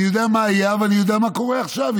אני יודע מה היה, ואני יודע מה קורה עכשיו.